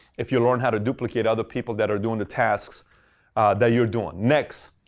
if you learn how to duplicate other people that are doing the tasks that you're doing. next,